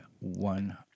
one